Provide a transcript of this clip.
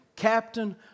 captain